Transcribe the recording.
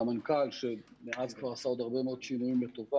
והמנכ"ל שמאז כבר עשה עוד הרבה מאוד שינויים לטובה.